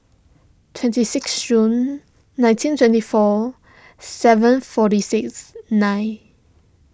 twenty six June nineteen twenty four seven forty six nine